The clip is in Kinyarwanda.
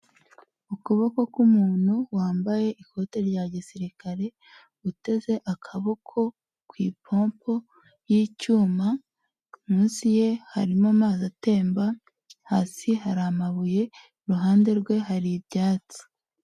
Ukuboko k'umuntu wambaye ikote rya gisirikare uteze akaboko ku ipompo y'icyuma, munsi ye harimo amazi atemba, hasi hari amabuye, iruhande rwe hari ibyatsi.